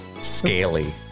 Scaly